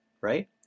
right